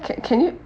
ca~ can you